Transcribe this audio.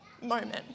moment